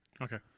Okay